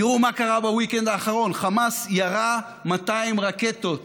תראו מה קרה ב-weekend האחרון: חמאס ירה 200 רקטות